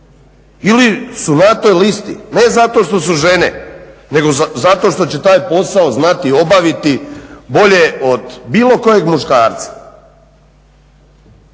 ili su na toj listi ne zato što su žene nego zato što će taj posao znati obaviti bolje od bilo kojeg muškarca?